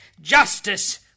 justice